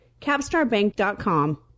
capstarbank.com